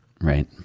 Right